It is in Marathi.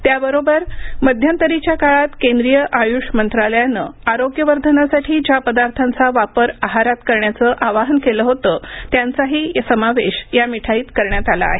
त्याचबरोबर मध्यंतरीच्या काळात केंद्रीय आयुष मंत्रालयानं आरोग्यवर्धनासाठी ज्या पदार्थांचा वापर आहारात करण्याचं आवाहन केलं होतं त्यांचाही समावेश या मिठाईत करण्यात आला आहे